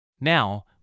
Now